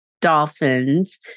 Dolphins